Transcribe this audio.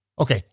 Okay